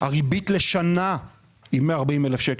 הריבית לשנה היא 140,000 שקלים.